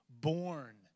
born